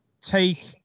take